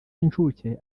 y’inshuke